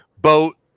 boat